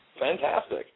fantastic